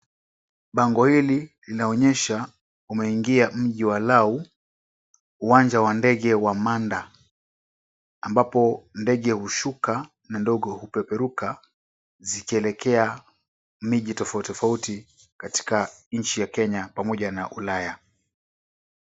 Bango hili laonyesha umeingia mji wa Lau uwanja wa ndege wa Manda ambapo ndege hushuka na ndege hupeperuka zikielekea miji tofauti tofauti katika nchi ya Kenya pamoja na Ulaya.